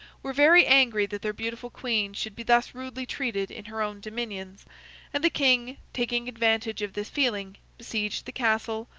were very angry that their beautiful queen should be thus rudely treated in her own dominions and the king, taking advantage of this feeling, besieged the castle,